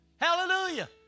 Hallelujah